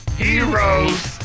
heroes